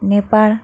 Nepal